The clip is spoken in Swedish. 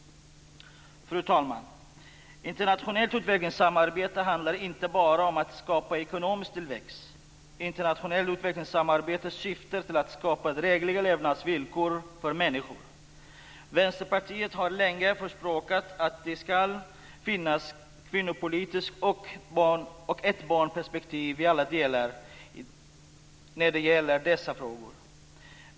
Fru talman! Internationellt utvecklingssamarbete handlar inte bara om att skapa ekonomisk tillväxt. Internationellt utvecklingssamarbete syftar till att skapa drägliga levnadsvillkor för människor. Vänsterpartiet har länge förespråkat att det ska finnas ett kvinnopolitiskt perspektiv och ett barnperspektiv på alla delar när det gäller dessa frågor.